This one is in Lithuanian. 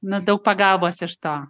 nu daug pagalbos iš to